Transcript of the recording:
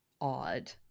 odd